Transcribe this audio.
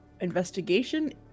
investigation